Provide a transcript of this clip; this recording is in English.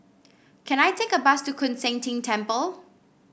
can I take a bus to Koon Seng Ting Temple